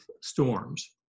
storms